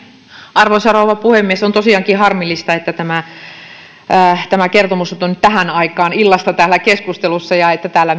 arvoisa rouva puhemies on tosiaankin harmillista että tämä tämä kertomus on nyt tähän aikaan illasta täällä keskustelussa ja että täällä